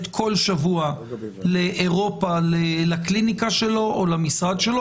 כל שבוע לאירופה לקליניקה שלו או למשרד שלו,